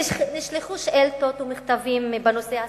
נשלחו שאילתות ומכתבים בנושא.